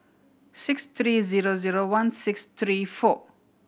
six three zero zero one six three four